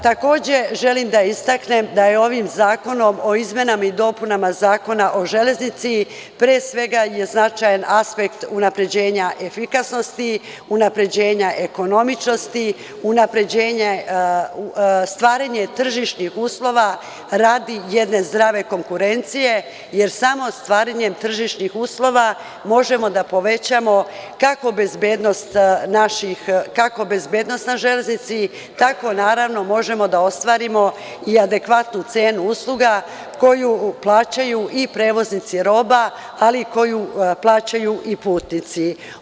Takođe, želim da istaknem da je ovim zakonom o izmenama i dopunama Zakona o Železnici pre svega značajan aspekt unapređenja efikasnosti i unapređenja ekonomičnosti, unapređenja, stvaranje tržišnih uslova radi jedne zdrave konkurencije jer samo stvaranjem tržišnih uslova možemo da povećamo kakva bezbednost na železnici, kako naravno možemo da ostvarimo i adekvatnu cenu usluga koju plaćaju i prevoznici roba, ali i koju plaćaju putnici.